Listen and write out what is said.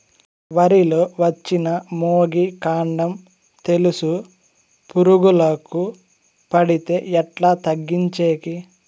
వరి లో వచ్చిన మొగి, కాండం తెలుసు పురుగుకు పడితే ఎట్లా తగ్గించేకి?